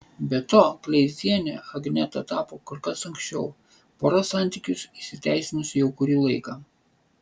be to kleiziene agneta tapo kur kas anksčiau pora santykius įteisinusi jau kurį laiką